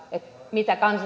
mitä